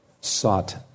sought